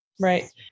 Right